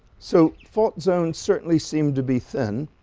so fault zone certainly seemed to be thin.